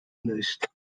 nicht